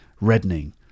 reddening